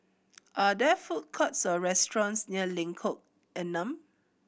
are there food courts or restaurants near Lengkok Enam